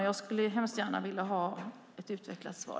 Jag skulle vilja ha ett utvecklat svar.